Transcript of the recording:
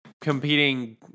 competing